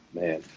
man